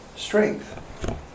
Strength